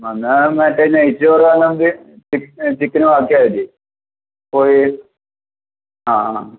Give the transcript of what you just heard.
എന്നാൽ മറ്റേ നെയ്ചോറാണെങ്കിൽ ചിക്കൻ നോക്കിയാൽ മതി പോയി ആ ആ